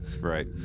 right